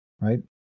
right